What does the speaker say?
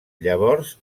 llavors